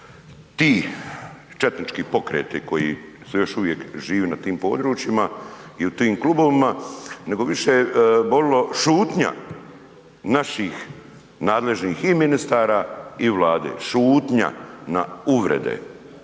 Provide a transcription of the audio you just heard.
ti četnički pokreti koji su još uvijek živi na tim područjima i tu tim klubovima nego je više bolila šutnja naših nadležnih i ministara i Vlade, šutnja na uvrede.